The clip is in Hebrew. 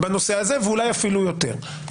בנושא הזה, ואולי אפילו יותר.